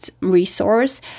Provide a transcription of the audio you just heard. resource